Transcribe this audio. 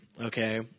okay